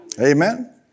Amen